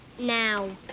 now